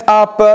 up